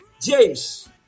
James